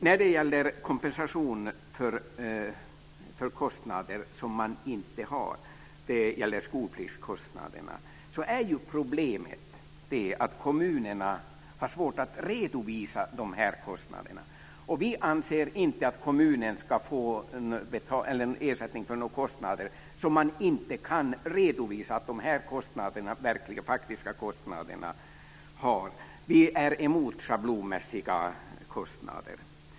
När det gäller kompensation för kostnader som man inte har - skolpliktskostnaderna - så är problemet att kommunerna har svårt att redovisa dessa kostnader. Vi anser inte att kommunen ska få ersättning för kostnader som den inte kan redovisa. Man vet inte vilka de verkliga och faktiska kostnaderna har varit, och vi är emot schablonmässiga kostnader.